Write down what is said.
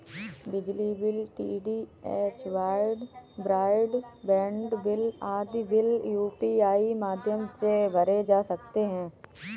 बिजली bill, DTH broadband bill आदि bill UPI माध्यम से भरे जा सकते हैं